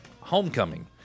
homecoming